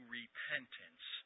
repentance